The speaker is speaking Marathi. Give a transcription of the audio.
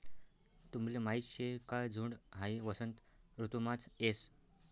तुमले माहीत शे का झुंड हाई वसंत ऋतुमाच येस